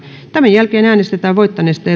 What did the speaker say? tämän jälkeen äänestetään voittaneesta